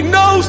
no